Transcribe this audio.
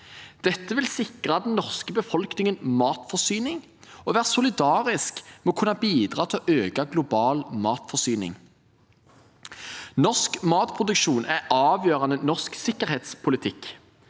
Dette vil sikre den norske befolkningen matforsyning og være solidarisk ved å kunne bidra til å øke den globale matforsyningen. Norsk matproduksjon er avgjørende norsk sikkerhetspolitikk.